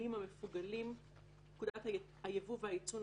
הכהילים המפוגלים ; פקודת הייבוא והייצוא ,